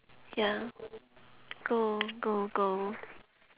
ya go go go